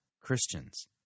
Christians